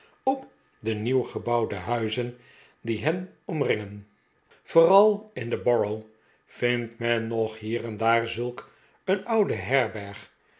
op de nieuwgebouwde huizen die hen omringen vooral in de borough vindt men nog hier en daaf zulk een oude herberg